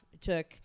Took